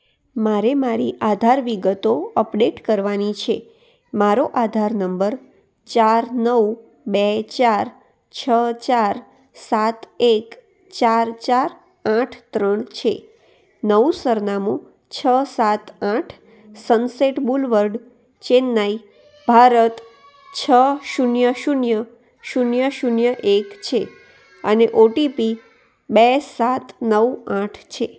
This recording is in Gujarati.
મારે મારી આધાર વિગતો અપડેટ કરવાની છે મારો આધાર નંબર ચાર નવ બે ચાર છ ચાર સાત એક ચાર ચાર આઠ ત્રણ છે નવું સરનામું છ સાત આઠ sunset boulevard Chennai Bharat છ શૂન્ય શૂન્ય શૂન્ય શૂન્ય એક છે અને ઓટીપી બે સાત નવ આઠ છે